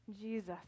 Jesus